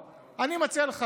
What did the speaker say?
הנושא של ההמרה: אני מציע לך,